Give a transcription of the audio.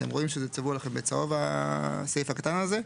אתם רואים שזה צבוע לכם בצהוב הסעיף הקטן הזה?